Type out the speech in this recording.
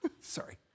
sorry